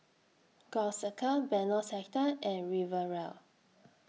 Gul Circle Benoi Sector and Riviera